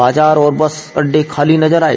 बाजार और बस अड्डे खाली नजर आए